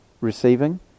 Receiving